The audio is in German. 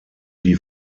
die